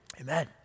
amen